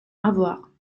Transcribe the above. avoir